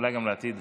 התשפ"א 2020,